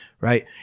right